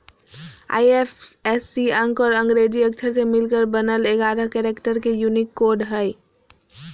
IFSC अंक और अंग्रेजी अक्षर से मिलकर बनल एगारह कैरेक्टर के यूनिक कोड हइ